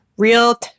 real